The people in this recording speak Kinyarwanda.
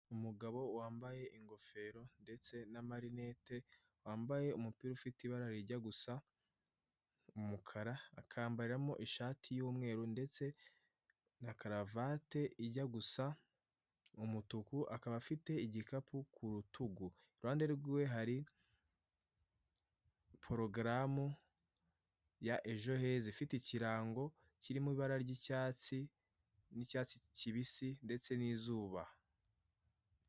Umugabo wambaye ingofero ndetse n'amarinete, wambaye umupira ufite ibara rijya gusa umukara, akambaramo ishati y'umweru ndetse na karavate ijya gusa umutuku, akaba afite igikapu ku rutugu iruhande rw'iwe hari porogaramu ya ejo heze ifite ikirango kirimo ibara ry'icyatsi kibisi ndetse n'izuba.